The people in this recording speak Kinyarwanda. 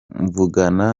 mvugana